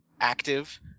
active